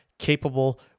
Capable